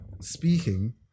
Speaking